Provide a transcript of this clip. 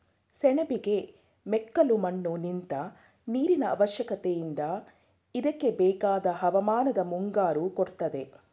ಸೆಣಬಿಗೆ ಮೆಕ್ಕಲುಮಣ್ಣು ನಿಂತ್ ನೀರಿನಅವಶ್ಯಕತೆಯಿದೆ ಇದ್ಕೆಬೇಕಾದ್ ಹವಾಮಾನನ ಮುಂಗಾರು ಕೊಡ್ತದೆ